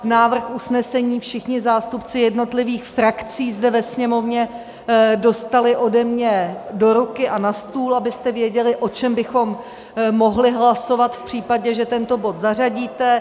Návrh usnesení všichni zástupci jednotlivých frakcí zde ve Sněmovně dostali ode mě do ruky a na stůl, abyste věděli, o čem bychom mohli hlasovat v případě, že tento bod zařadíte.